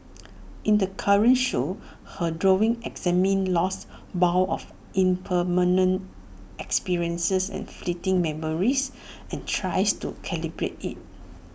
in the current show her drawings examine loss borne of impermanent experiences and fleeting memories and tries to calibrate IT